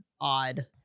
odd